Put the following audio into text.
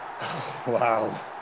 Wow